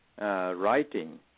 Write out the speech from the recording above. writing